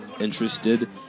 interested